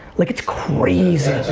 like it's crazy!